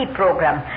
program